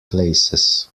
places